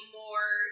more